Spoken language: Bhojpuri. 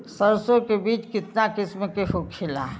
सरसो के बिज कितना किस्म के होखे ला?